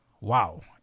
wow